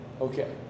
Okay